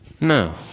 No